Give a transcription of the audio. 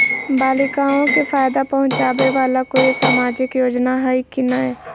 बालिकाओं के फ़ायदा पहुँचाबे वाला कोई सामाजिक योजना हइ की नय?